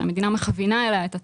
שהמדינה מכווינה אליה את הציבור.